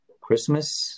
Christmas